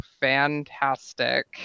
fantastic